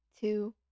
two